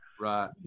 Right